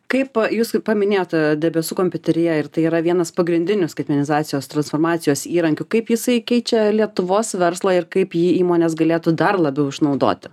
kaip jūsų paminėta debesų kompiuterija ir tai yra vienas pagrindinių skaitmenizacijos transformacijos įrankių kaip jisai keičia lietuvos verslą ir kaip jį įmonės galėtų dar labiau išnaudoti